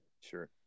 Sure